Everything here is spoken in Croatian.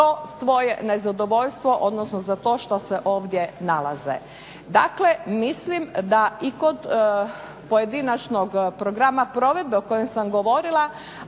svoje nezadovoljstvo, odnosno za to što se ovdje nalaze. Dakle, mislim da i kod pojedinačnog programa provedbe o kojem sam govorila,